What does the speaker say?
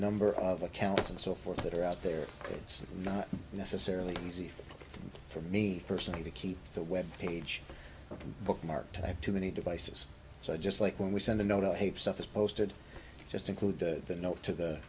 number of accounts and so forth that are out there it's not necessarily easy for me personally to keep the web page bookmarked to many devices so just like when we send a note of tape stuff is posted just include the note to the